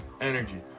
energy